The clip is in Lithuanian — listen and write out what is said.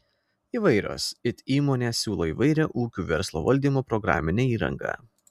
įvairios it įmonės siūlo įvairią ūkių verslo valdymo programinę įrangą